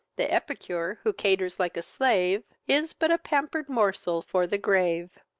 the epicure, who caters like a slave, is but a pamper'd morsel for the grave.